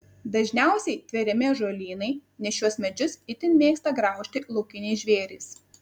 dažniausiai tveriami ąžuolynai nes šiuos medžius itin mėgsta graužti laukiniai žvėrys